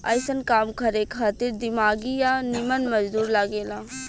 अइसन काम करे खातिर दिमागी आ निमन मजदूर लागे ला